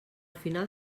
final